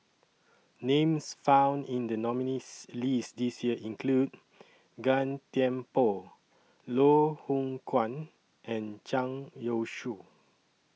Names found in The nominees' list This Year include Gan Thiam Poh Loh Hoong Kwan and Zhang Youshuo